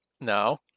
no